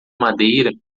madeira